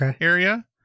area